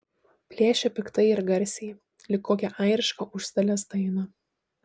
plėšė piktai ir garsiai lyg kokią airišką užstalės dainą